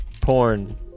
Porn